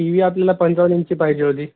T V आपल्याला पंचावन्न इंची पाहिजे होती